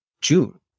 June